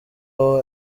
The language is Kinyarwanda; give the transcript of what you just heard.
aho